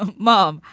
um mom,